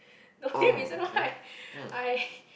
the only reason why I I